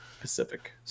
Pacific